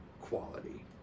quality